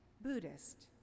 Buddhist